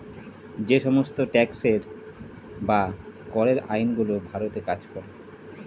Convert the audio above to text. যে সমস্ত ট্যাক্সের বা করের আইন গুলো ভারতে কাজ করে